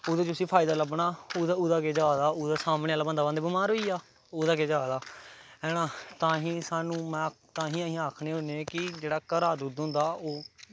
ओह्दे च उसी फायदा लब्भना ओह्दा केह् जा दा ओह्दे सामनै आह्ला बंदा भाएं बमार होई जा ओह्दा केह् जा दा है ना तां गै सानूं तां गै असीं आखने होन्ने कि जेह्ड़ा घरा दा दुद्ध होंदा ओह्